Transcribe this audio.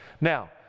Now